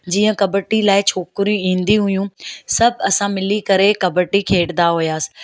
जीअं कॿडी लाइ छोकिरी ईंदी हुयूं सभु असां मिली करे कबड्डी खेॾंदा हुआसीं